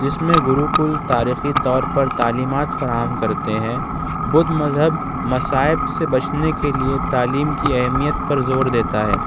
جس میں گروکل تاریخی طور پر تعلیمات فراہم کرتے ہیں بدھ مذہب مصائب سے بچنے کے لئے تعلیم کی اہمیت پر زور دیتا ہے